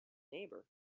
neighbour